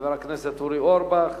חבר הכנסת אורי אורבך,